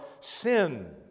sin